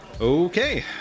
Okay